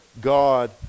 God